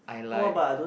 I like